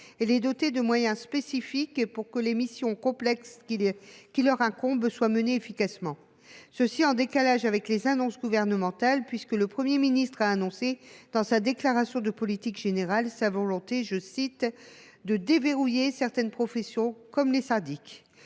les doter de moyens spécifiques pour que les missions complexes qui leur incombent soient menées efficacement. Voilà qui est en décalage avec les annonces gouvernementales, puisque le Premier ministre a annoncé dans sa déclaration de politique générale sa volonté « de déverrouiller certaines professions, comme les syndics ».